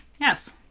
Yes